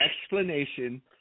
explanation